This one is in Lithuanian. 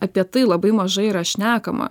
apie tai labai mažai yra šnekama